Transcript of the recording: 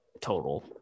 Total